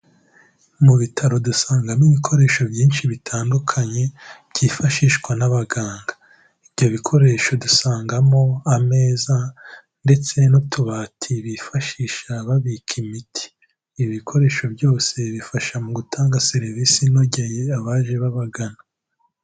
Mu bitaro dusangamo ibikoresho byinshi bitandukanye byifashishwa n'abaganga. Ibyo bikoresho dusangamo ameza ndetse n'utubati bifashisha babika imiti. Ibi bikoresho byose bifasha mu gutanga serivisi inogeye abaje babagana.